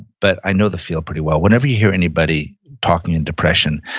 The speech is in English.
but i know the field pretty well, whenever you hear anybody talking and depression,